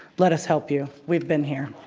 let us help you, we've been here,